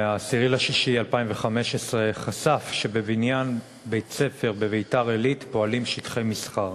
מ-10 ביוני 2015 חשף שבבניין בית-ספר בביתר-עילית פועלים שטחי מסחר.